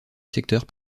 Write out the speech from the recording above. secteur